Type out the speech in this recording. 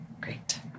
Great